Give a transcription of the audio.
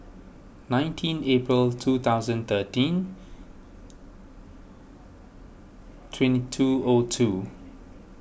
nineteen April two thousand thirteen twenty two O two